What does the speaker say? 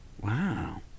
Wow